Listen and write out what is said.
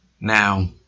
Now